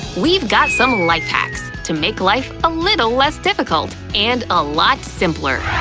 we've got some life hacks to make life a little less difficult and a lot simpler.